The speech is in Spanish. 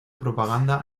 propaganda